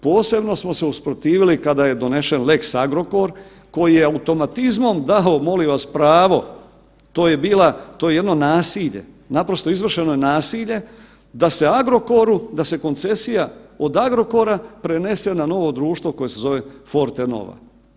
Posebno smo se usprotivili kada je donesen lex Agrokor koji je automatizmom dao molim vas pravo, to je bila, to je jedno nasilje, naprosto izvršeno je nasilje da se Agrokoru, da se koncesija od Agrokora prenese na novo društvo koje se zove Fortenova.